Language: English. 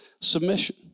submission